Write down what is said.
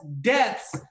deaths